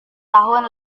tahun